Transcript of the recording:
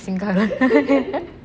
thank god